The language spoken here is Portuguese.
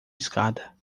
escada